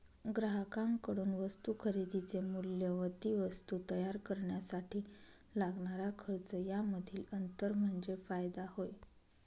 ग्राहकांकडून वस्तू खरेदीचे मूल्य व ती वस्तू तयार करण्यासाठी लागणारा खर्च यामधील अंतर म्हणजे फायदा होय